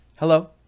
Hello